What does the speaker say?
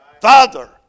Father